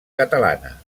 catalana